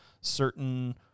certain